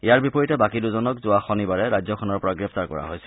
ইয়াৰ বিপৰীতে বাকী দুজনক যোৱা শনিবাৰে ৰাজ্যখনৰ পৰা গ্ৰেপ্তাৰ কৰা হৈছিল